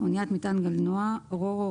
"אניית מטען גלנוע RO-RO,